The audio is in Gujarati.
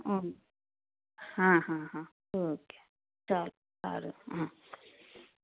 ઓ હા હા હા ઓકે સારું સારું હં